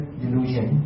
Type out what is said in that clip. delusion